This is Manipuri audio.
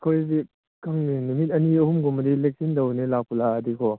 ꯑꯩꯈꯣꯏꯖꯤ ꯈꯪꯗꯦ ꯅꯨꯃꯤꯠ ꯑꯅꯤ ꯑꯍꯨꯝꯒꯨꯝꯕꯗꯤ ꯂꯦꯛꯁꯤꯟꯗꯧꯅꯦ ꯂꯥꯛꯄꯨ ꯂꯥꯛꯑꯗꯤꯀꯣ